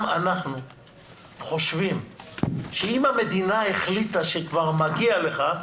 אנחנו חושבים שאם המדינה החליטה שכבר מגיע לך,